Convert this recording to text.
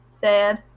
sad